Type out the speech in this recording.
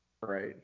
Right